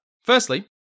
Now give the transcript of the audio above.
firstly